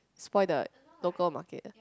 spoil the local market